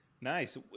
nice